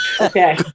Okay